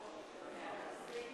חברי הכנסת,